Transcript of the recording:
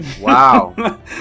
Wow